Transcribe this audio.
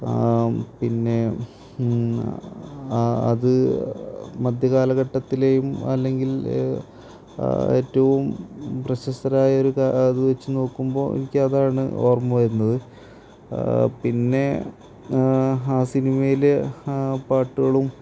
പിന്നെ അത് മദ്ധ്യകാലഘട്ടത്തിലെയും അല്ലെങ്കിൽ ഏറ്റവും പ്രശസ്കരായ ഒരു ഇത് വച്ച് നോക്കുമ്പോള് എനിക്ക് അതാണ് ഓർമ്മ വരുന്നത് പിന്നെ ആ സിനിമയിലെ പാട്ടുകളും